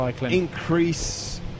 increase